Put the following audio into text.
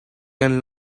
can